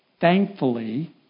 Thankfully